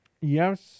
Yes